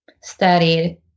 studied